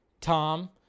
Tom